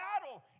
battle